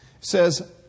says